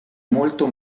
molto